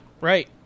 Right